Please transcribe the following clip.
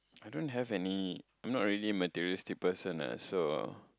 I don't have any I'm not really a materialistic person ah so